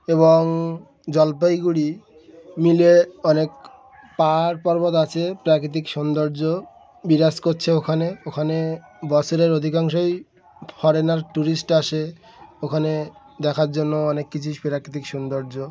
এবং জলপাইগুড়ি মিলে অনেক পাহাড় পার্বত আছে প্রাকৃতিক সৌন্দর্য বিরাজ করছে ওখানে ওখানে বছরের অধিকাংশই ফরেনার ট্যুরিস্ট আসে ওখানে দেখার জন্য অনেক কিছুই প্রাকৃতিক সৌন্দর্য